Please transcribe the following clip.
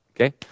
Okay